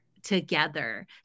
together